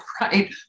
right